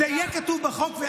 זה יהיה כתוב בחוק.